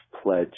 Pledge